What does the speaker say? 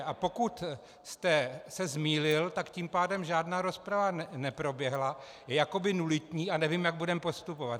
A pokud jste se zmýlil, tak tím pádem žádná rozprava neproběhla, je jako nulitní a nevím, jak budeme postupovat.